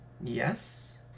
yes